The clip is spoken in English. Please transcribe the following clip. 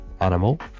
animal